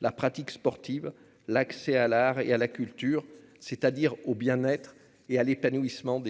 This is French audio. la pratique sportive et l'accès à l'art et à la culture, c'est-à-dire au bien-être et à l'épanouissement.